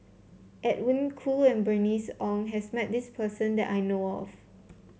Edwin Koo and Bernice Ong has met this person that I know of